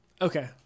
Okay